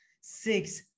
Six